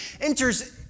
enters